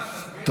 למה?